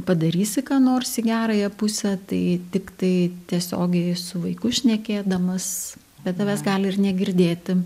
padarysi ką nors į gerąją pusę tai tiktai tiesiogiai su vaiku šnekėdamas bet tavęs gali ir negirdėti